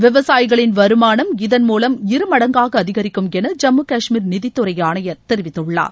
விவசாயிகளின் வருமானம் இதன் மூவம் இரு மடங்காக அதிகரிக்கும் என ஜம்மு காஷ்மீர் நிதித்துறை ஆணையர் தெரிவித்துள்ளார்